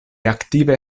aktive